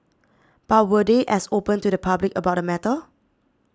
but were they as open to the public about the matter